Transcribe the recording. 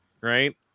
Right